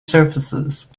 surfaces